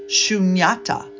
shunyata